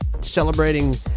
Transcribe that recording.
celebrating